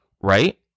right